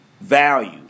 value